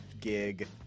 gig